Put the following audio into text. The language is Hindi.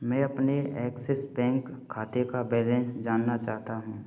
मैं अपने एक्सिस बैंक खाते का बैलेंस जानना चाहता हूँ